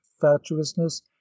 fatuousness